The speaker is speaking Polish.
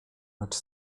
lecz